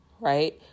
right